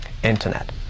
Internet